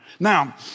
Now